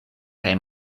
kaj